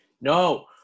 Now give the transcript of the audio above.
no